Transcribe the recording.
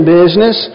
business